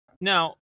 Now